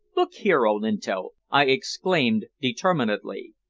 look here, olinto! i exclaimed determinedly,